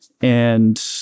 And-